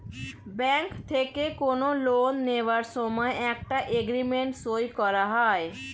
bank থেকে কোনো loan নেওয়ার সময় একটা এগ্রিমেন্ট সই করা হয়